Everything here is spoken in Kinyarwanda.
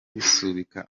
gusubika